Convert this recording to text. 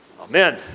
amen